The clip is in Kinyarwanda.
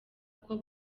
kuko